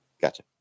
Gotcha